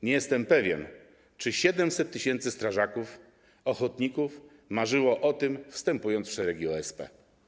Nie jestem pewien, czy ok. 700 tys. strażaków ochotników marzyło o tym, wstępując w szeregi OSP.